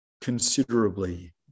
considerably